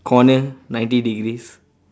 corner ninety degrees